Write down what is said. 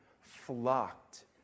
flocked